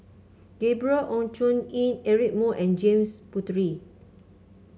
Gabriel Oon Chong Jin Eric Moo and James Puthucheary